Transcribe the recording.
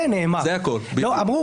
זה לא מה שאמרתי.